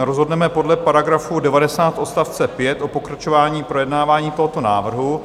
Rozhodneme podle § 90 odst. 5 o pokračování v projednávání tohoto návrhu.